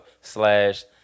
slash